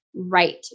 right